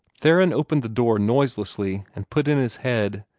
theron opened the door noiselessly, and put in his head,